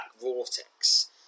vortex